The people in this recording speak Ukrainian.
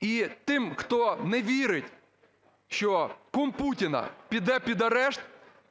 І тим, хто не вірить, що кум Путіна піде під арешт,